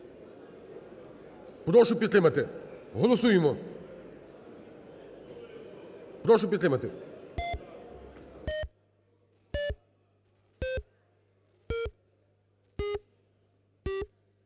прошу підтримати. Голосуємо. Прошу підтримати.